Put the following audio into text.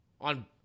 on